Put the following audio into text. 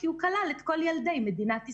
כי הוא כלל את כל ילדי מדינת ישראל.